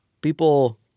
People